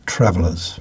Travelers